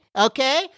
okay